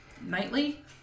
nightly